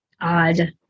odd